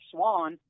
Swan